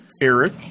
Eric